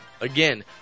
Again